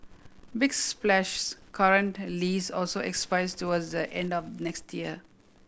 big Splash's current lease also expires towards the end of next year